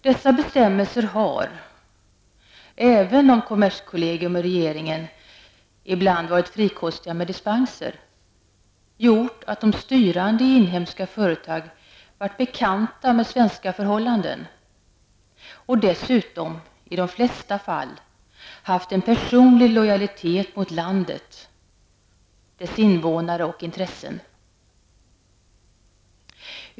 Dessa bestämmelser har, även om kommerskollegium och regeringen ibland varit frikostiga med dispenser, gjort att de styrande i inhemska företag har varit bekanta med svenska förhållanden och dessutom, i de flesta fall, haft en personlig lojalitet mot landet, dess invånare och intressen.